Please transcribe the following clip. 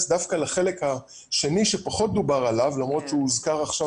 דווקא לחלק השני שפחות דובר עליו למרות שהוא הוזכר עכשיו